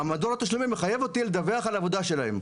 מדור התשלומים מחייב אותי לדווח על עבודה שלהם.